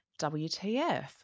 WTF